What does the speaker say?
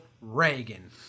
Reagan